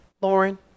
Lauren